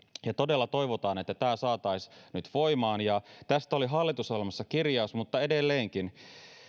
ja todella toivomme että tämä saataisiin nyt voimaan tästä oli hallitusohjelmassa kirjaus mutta edelleenkin